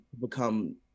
become